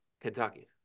Kentucky